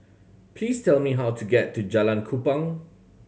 please tell me how to get to Jalan Kupang